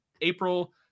April